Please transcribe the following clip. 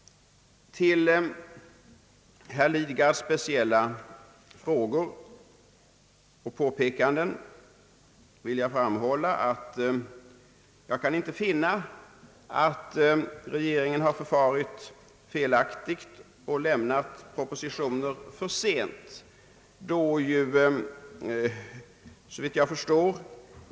Beträffande herr Lidgards frågor och påpekanden vill jag framhålla att jag inte kan finna att regeringen har förfarit felaktigt och lämnat propositioner för sent.